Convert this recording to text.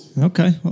Okay